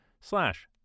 slash